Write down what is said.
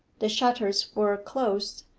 the shutters were closed,